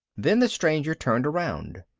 then the stranger turned around.